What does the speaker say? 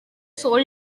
sold